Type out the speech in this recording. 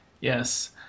Yes